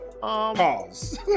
Pause